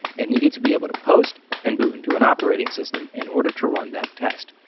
it needed to be able to post and boot into an operating system in order to run that test.